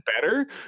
better